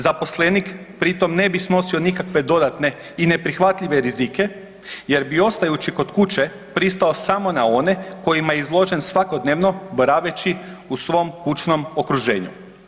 Zaposlenik pri tom ne bi snosio nikakve dodatne i neprihvatljive rizike jer bi ostajući kod kuće pristao samo na one kojima je izložen svakodnevno boraveći u svom kućnom okruženju.